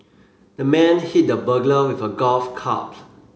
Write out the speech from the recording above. the man hit the burglar with a golf